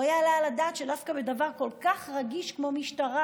לא יעלה על הדעת שדווקא בדבר כל כך רגיש כמו משטרה,